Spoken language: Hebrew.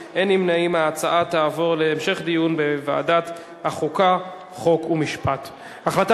2012, לוועדת החוקה, חוק ומשפט נתקבלה.